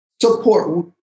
support